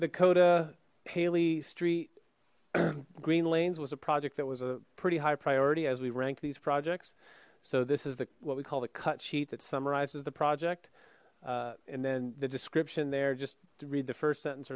the coda haley street green lanes was a project that was a pretty high priority as we rank these projects so this is the what we call the cut sheet that summarizes the project and then the description there just to read the first sentence